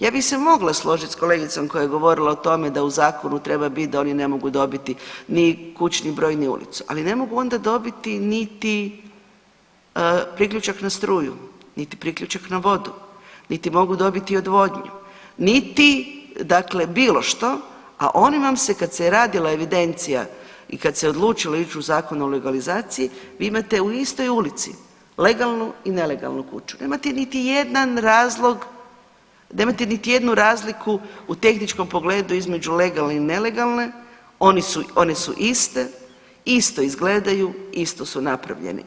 Ja bih se mogla složit s kolegicom koja je govorila o tome da u zakonu treba bit, da oni ne mogu dobiti ni kućni broj, ni ulicu, ali ne mogu onda dobiti niti priključak na struju, niti priključak na vodu, niti mogu dobiti odvodnju, niti dakle bilo što, a oni vam se kad se je radila evidencija i kad se odlučilo ić u Zakon o legalizaciji, vi imate u istoj ulici legalnu i nelegalnu kuću, nemate niti jedan razlog, nemate niti jednu razliku u tehničkom pogledu između legalne i nelegalne, one su iste, isto izgledaju i isto su napravljene.